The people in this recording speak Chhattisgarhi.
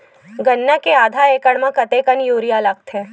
गन्ना के आधा एकड़ म कतेकन यूरिया लगथे?